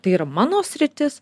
tai yra mano sritis